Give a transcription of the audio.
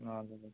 हजुर हजुर